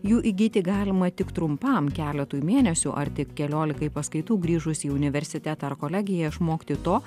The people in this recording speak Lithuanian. jų įgyti galima tik trumpam keletui mėnesių ar tik keliolikai paskaitų grįžus į universitetą ar kolegiją išmokti to